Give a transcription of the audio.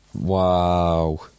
Wow